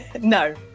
No